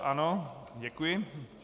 Ano, děkuji.